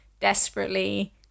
desperately